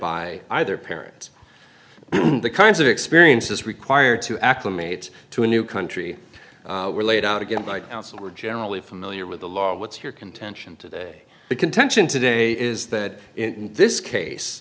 by either parent the kinds of experiences required to acclimate to a new country were laid out again by counsel were generally familiar with the law what's your contention today the contention today is that in this case